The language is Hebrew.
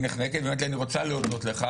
צריך להבין את העלויות,